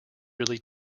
really